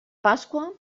pasqua